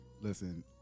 Listen